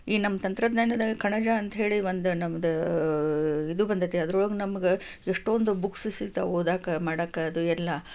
ಈ ನಮ್ಮ ತಂತ್ರಜ್ಞಾನದ ಕಣಜ ಅಂತ ಹೇಳಿ ಒಂದು ನಮ್ದು ಇದು ಬಂದೈತಿ ಅದ್ರೊಳಗೆ ನಮ್ಗೆ ಎಷ್ಟೊಂದು ಬುಕ್ಸ್ ಸಿಗ್ತಾವೆ ಓದಕ್ಕ ಮಾಡಕ್ಕ ಅದು ಎಲ್ಲ